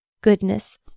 goodness